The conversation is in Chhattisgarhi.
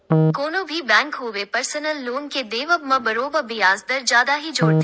कोनो भी बेंक होवय परसनल लोन के देवब म बरोबर बियाज दर जादा ही जोड़थे